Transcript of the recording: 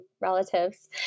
relatives